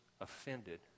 offended